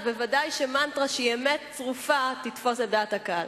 אז ודאי שמנטרה שהיא אמת צרופה תתפוס את דעת הקהל.